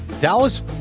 Dallas